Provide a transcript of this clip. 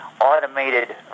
automated